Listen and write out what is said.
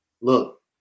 look